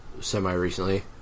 Semi-recently